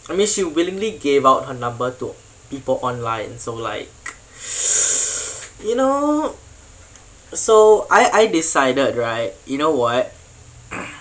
I mean she willingly gave out her number to people online so like you know so I I decided right you know what